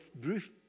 brief